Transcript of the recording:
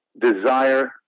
desire